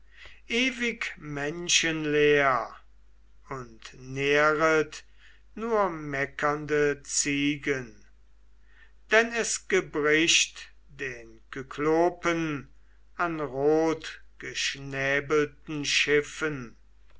ewig menschenleer und nähret nur meckernde ziegen denn es gebricht den kyklopen an rotgeschnäbelten schiffen